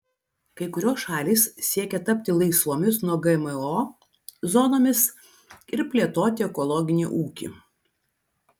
kai kurios šalys siekia tapti laisvomis nuo gmo zonomis ir plėtoti ekologinį ūkį